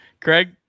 craig